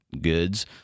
goods